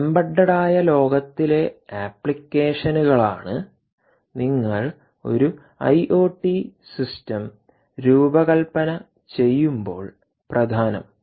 embedded ആയ ലോകത്തിലെ അപ്ലിക്കേഷനുകളാണ് നിങ്ങൾ ഒരു ഐഒടി സിസ്റ്റം രൂപകൽപ്പന ചെയ്യുമ്പോൾ പ്രധാനം